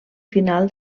final